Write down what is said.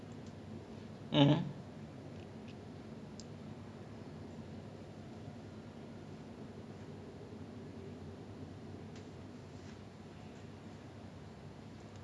so there will be always like new experiences like sometime like when I moved to the house there was this guy who was my age and he was in the he was in a secondary school that was similar to mine I think like he was in express also and the school that he was in was like two streets down